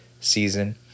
season